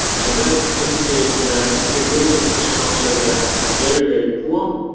and that indicates that the grid infrastructure there is very, very poor,